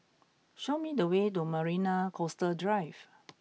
show me the way to Marina Coastal Drive